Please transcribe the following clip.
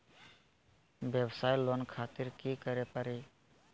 वयवसाय लोन खातिर की करे परी?